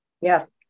Yes